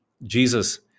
jesus